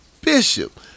Bishop